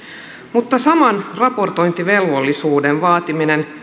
mutta saman raportointivelvollisuuden vaatiminen